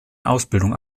ausbildung